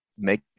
Make